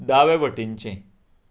दावे वटेनचें